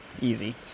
Easy